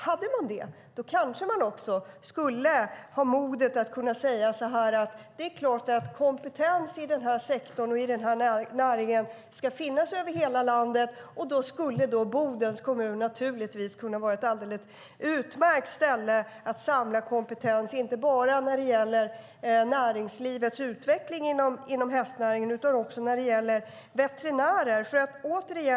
Hade man det kanske man också skulle ha modet att kunna säga att det är klart att kompetens i den här näringen ska finnas över hela landet, och då skulle Bodens kommun kunna vara ett alldeles utmärkt ställe att samla kompetens på, inte bara när det gäller näringslivets utveckling inom hästnäringen utan också när det gäller veterinärer.